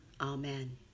Amen